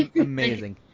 Amazing